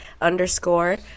underscore